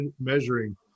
measuring